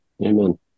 Amen